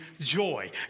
joy